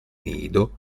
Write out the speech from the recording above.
nido